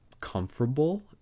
comfortable